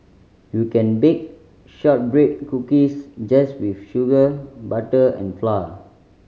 you can bake shortbread cookies just with sugar butter and flour